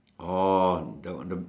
oh the the